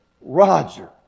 Roger